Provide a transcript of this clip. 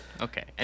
Okay